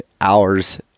hours